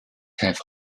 have